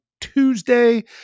Tuesday